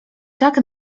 tak